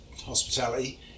hospitality